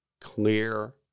Clear